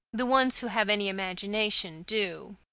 the ones who have any imagination do.